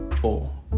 four